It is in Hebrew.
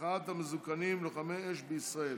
מחאת המזוקנים, לוחמי אש בישראל,